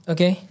Okay